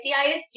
DISD